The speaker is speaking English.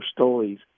stories